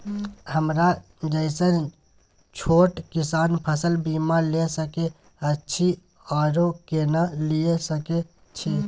हमरा जैसन छोट किसान फसल बीमा ले सके अछि आरो केना लिए सके छी?